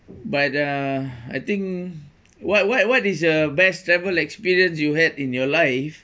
but uh I think what what what is the best travel experience you had in your life